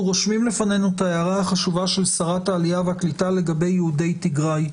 רושמים לפנינו את ההערה החשובה של שרת העלייה והקליטה לגבי יהודי תיגראי.